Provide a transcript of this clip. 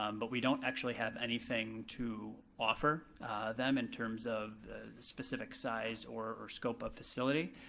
um but we don't actually have anything to offer them in terms of the specific size or scope of facility.